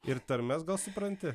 ir tarmes gal supranti